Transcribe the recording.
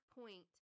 point